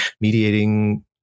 mediating